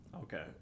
Okay